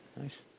Nice